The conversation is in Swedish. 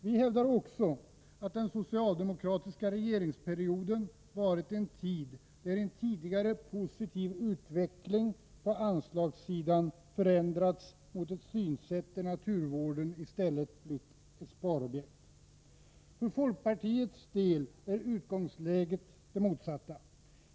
Vi hävdar också att den socialdemokratiska regeringsperioden varit en tid då en tidigare positiv utveckling på anslagssidan förändrats mot ett synsätt där naturvården i stället blivit ett sparobjekt. För folkpartiets del är utgångsläget det motsatta.